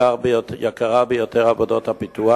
עבודות הפיתוח